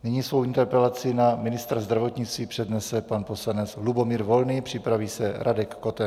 Nyní svou interpelaci na ministra zdravotnictví přednese pan poslanec Lubomír Volný, připraví se Radek Koten.